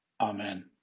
Amen